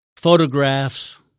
photographs